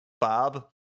bob